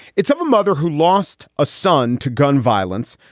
it's of a mother who lost a son to gun violence.